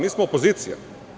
Mi smo opozicija.